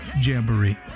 Jamboree